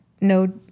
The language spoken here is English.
no